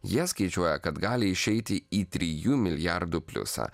jie skaičiuoja kad gali išeiti į trijų milijardų pliusą